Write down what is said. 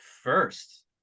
first